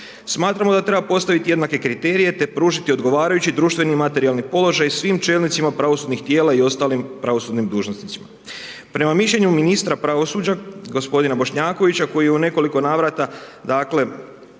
Smatramo da treba postaviti jednake kriterije te pružiti odgovarajući društveni i materijalni položaj svim čelnicima pravosudnih tijela i ostalim pravosudnim dužnosnicima. Prema mišljenju ministra pravosuđa gospodina Bošnjakovića koji je u nekoliko navrata dakle